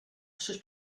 sus